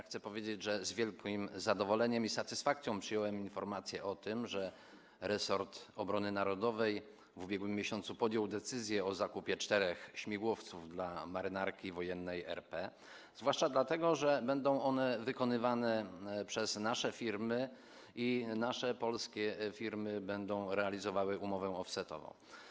Chcę powiedzieć, że z wielkim zadowoleniem i satysfakcją przyjąłem informację o tym, że resort obrony narodowej w ubiegłym miesiącu podjął decyzję o zakupie czterech śmigłowców dla Marynarki Wojennej RP, zwłaszcza dlatego, że będą one wykonywane przez nasze firmy i nasze, polskie firmy będą realizowały umowę offsetową.